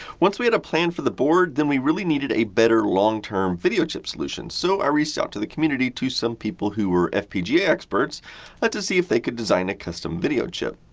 once we had a plan for the board, then we really needed a better long-term video chip solution. so, i reached out to the community to some people who were fpga experts but to see if they could design a custom video chip.